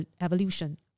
evolution